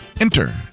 enter